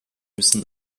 müssen